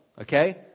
Okay